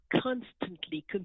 constantly